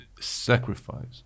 sacrifice